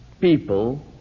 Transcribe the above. people